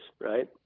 right